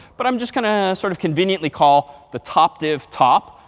but i'm just going to sort of conveniently call the top div top,